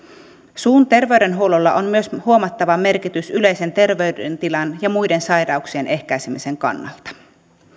suun terveydenhuollolla on myös huomattava merkitys yleisen terveydentilan ja muiden sai rauksien ehkäisemisen kannalta